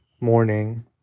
morning